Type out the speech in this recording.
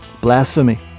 Blasphemy